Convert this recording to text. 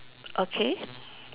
okay